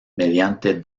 mediante